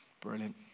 Brilliant